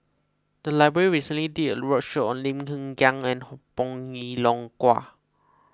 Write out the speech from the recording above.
the library recently did a roadshow on Lim Hng Kiang and Bong Hiong Hwa